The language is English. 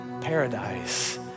paradise